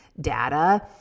data